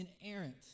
inerrant